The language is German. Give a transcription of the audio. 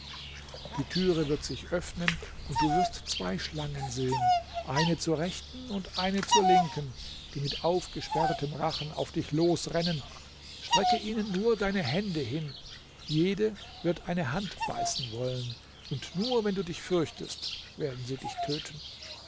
die türe wird sich öffnen und du wirst zwei schlangen sehen eine zur rechten und eine zur linken die mit aufgesperrtem rachen auf dich losrennen strecke ihnen nur deine hände hin jede wird eine hand beißen wollen und nur wenn du dich fürchtest werden sie dich töten